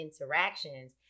interactions